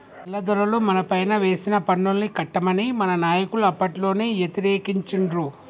తెల్లదొరలు మనపైన వేసిన పన్నుల్ని కట్టమని మన నాయకులు అప్పట్లోనే యతిరేకించిండ్రు